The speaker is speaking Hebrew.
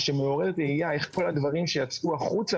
מה שמעורר תהייה איך כל הדברים שיצאו החוצה